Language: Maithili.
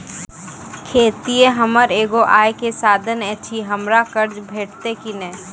खेतीये हमर एगो आय के साधन ऐछि, हमरा कर्ज भेटतै कि नै?